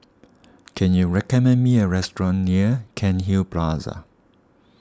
can you recommend me a restaurant near Cairnhill Plaza